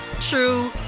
true